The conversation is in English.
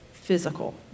physical